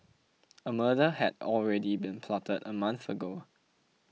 a murder had already been plotted a month ago